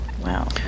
wow